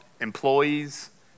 employees